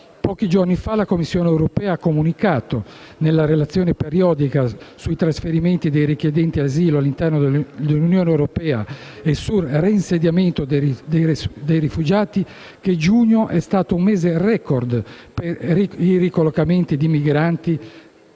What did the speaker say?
Pochi giorni fa, la Commissione europea ha comunicato, nella relazione periodica sui trasferimenti dei richiedenti asilo all'interno dell'Unione europea e sul reinsediamento dei rifugiati, che giugno è stato un mese *record* per i ricollocamenti di migranti